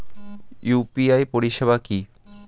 UPI পরিষেবা কি?